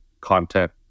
content